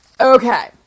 Okay